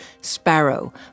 Sparrow